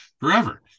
forever